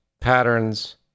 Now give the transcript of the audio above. patterns